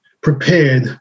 prepared